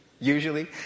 Usually